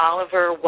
Oliver